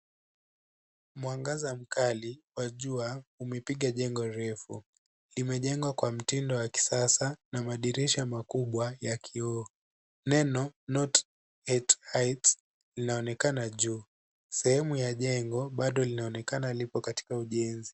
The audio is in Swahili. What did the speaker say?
Mwangaza mkali wa jua umepiga jengo refu. Limejengwa kwa mtindo wa kisasa na madirisha makubwa ya kioo. Neno Note at heights linaonekana juu. Sehemu ya jengo bado linaoekana lipo katika ujenzi.